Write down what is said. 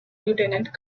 lieutenant